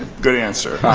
good answer.